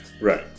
Right